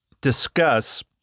discuss